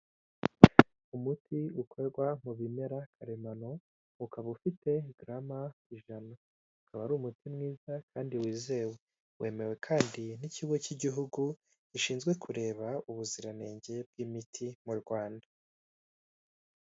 Umuti ukorwa mu bimera karemano ukaba ufite garama ijana, akaba ari umuti mwiza kandi wizewe, wemewe kandi n'ikigo cy'igihugu gishinzwe kureba ubuziranenge bw'imiti mu Rwanda.